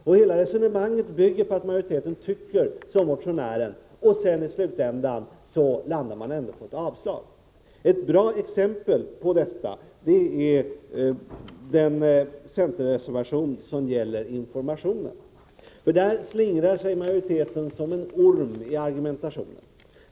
Hela resonemanget bygger på att majoriteten tycker som motionären. I slutändan landar man ändå på att avstyrka förslaget. Ett bra exempel på detta är den centerreservation som gäller informationen. Där slingrar sig majoriteten som en orm i argumentationen.